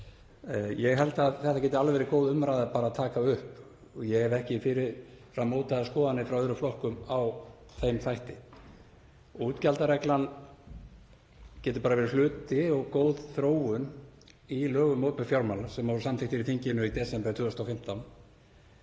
Ég held að þetta geti alveg verið góð umræða að taka upp og ég hef ekki fyrir fram mótaðar skoðanir frá öðrum flokkum á þeim þætti. Útgjaldareglan getur bara verið hluti og góð þróun í lögum um opinber fjármál sem voru samþykkt í þinginu í desember 2015